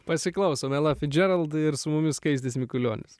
pasiklausom ela fidžerald ir su mumis skaistis mikulionis